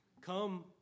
Come